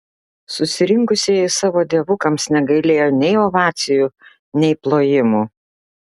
susirinkusieji savo dievukams negailėjo nei ovacijų nei plojimų